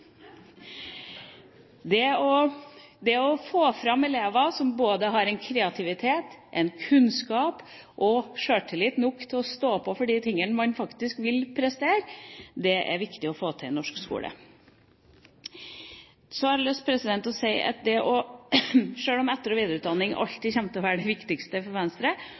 det snart. Det å få fram elever som både har en kreativitet, en kunnskap, og sjøltillit nok til å stå på for de tingene man faktisk vil prestere – det er viktig å få til i norsk skole. Så har jeg lyst til å si at etter- og videreutdanning alltid kommer til å være det viktigste for Venstre,